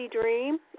dream